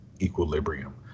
equilibrium